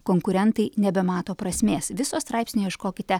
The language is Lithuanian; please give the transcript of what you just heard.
konkurentai nebemato prasmės viso straipsnio ieškokite